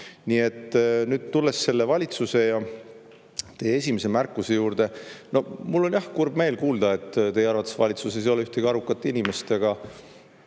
välja. Nüüd tulles selle valitsuse ja teie esimese märkuse juurde. Mul on kurb meel kuulda, et teie arvates valitsuses ei ole ühtegi arukat inimest, aga